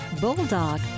bulldog